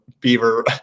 beaver